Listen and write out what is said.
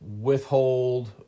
withhold